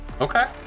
Okay